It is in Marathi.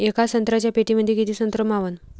येका संत्र्याच्या पेटीमंदी किती संत्र मावन?